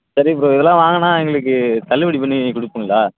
சரி ப்ரோ இதலாம் வாங்கினா எங்களுக்கு தள்ளுபடி பண்ணி கொடுப்பீங்களா